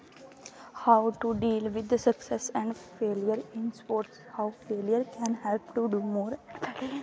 how to deal with success and failure in sports how failure can help to do more